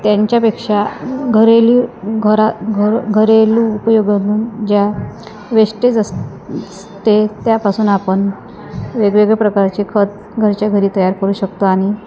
त्यांच्यापेक्षा घरेलू घरा घ घरेलू उपयोगातून ज्या वेस्टेज अस ते त्यापासून आपण वेगवेगळ्या प्रकारचे खत घरच्या घरी तयार करू शकतो आणि